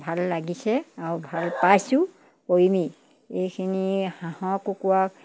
ভাল লাগিছে আৰু ভাল পাইছোঁ কৰিমেই এইখিনি হাঁহৰ কুকুৰাক